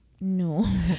No